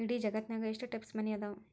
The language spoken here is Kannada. ಇಡೇ ಜಗತ್ತ್ನ್ಯಾಗ ಎಷ್ಟ್ ಟೈಪ್ಸ್ ಮನಿ ಅದಾವ